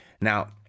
Now